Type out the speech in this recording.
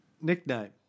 nickname